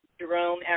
Jerome